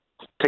take